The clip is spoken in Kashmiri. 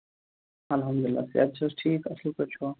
اَلحَمدُاللہ صحت چھِ حظ ٹھیٖک اَصٕل پٲٹھۍ چھُوا